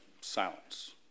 silence